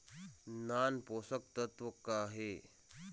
नान पोषकतत्व का हे?